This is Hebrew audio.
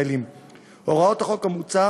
הוראות החוק המוצע